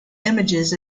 images